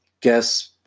guess